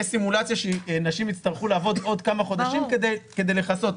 תהיה סימולציה שנשים יצטרכו לעבוד עוד כמה חודשים כדי לכסות.